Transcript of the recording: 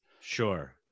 Sure